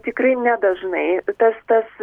tikrai nedažnai tas tas